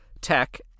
tech